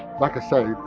like i say,